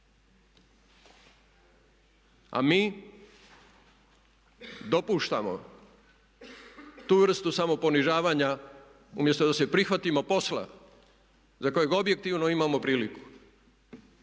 A mi dopuštamo tu vrstu samoponižavanja umjesto da se prihvatimo posla za kojeg objektivno imamo priliku.